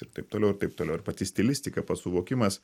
ir taip toliau ir taip toliau ir pati stilistika pats suvokimas